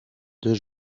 deux